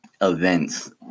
events